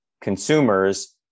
consumers